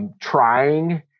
Trying